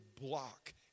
block